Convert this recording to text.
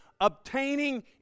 obtaining